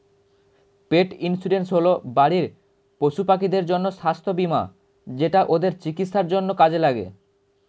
পেট insurance হল বাড়ির পশুপাখিদের জন্য স্বাস্থ্য বীমা যেটা ওদের চিকিৎসার জন্য কাজে লাগে